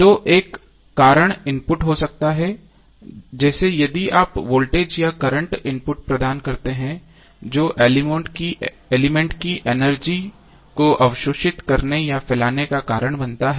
तो एक कारण इनपुट हो सकता है जैसे यदि आप वोल्टेज या करंट इनपुट प्रदान करते हैं जो एलिमेंट की एनर्जी को अवशोषित करने या फैलाने का कारण बनता है